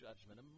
judgment